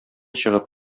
чыгып